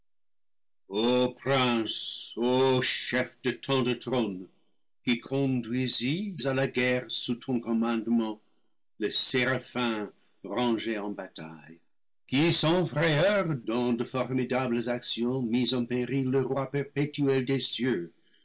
chef de tant de trônes qui conduisis à la guerre sous ton commandement les séraphins rangés en bataille qui sans frayeur dans de formidables actions mis en péril le roi perpétuel des cieux